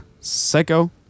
psycho